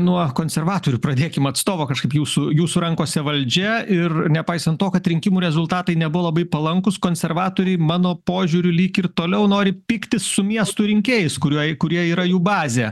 nuo konservatorių pradėkim atstovo kažkaip jūsų jūsų rankose valdžia ir nepaisant to kad rinkimų rezultatai nebuvo labai palankūs konservatoriai mano požiūriu lyg ir toliau nori pyktis su miestų rinkėjais kurioj kurie yra jų bazė